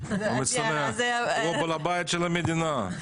הוא בעל הבית של המדינה,